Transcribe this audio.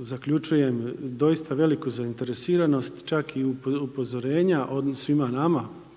zaključujem doista veliku zainteresiranost čak i upozorenja svima nama